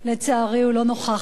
הוא לא נוכח באולם,